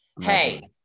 hey